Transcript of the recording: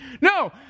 No